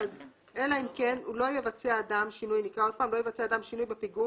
"לא יבצע אדם שינוי בפיגום,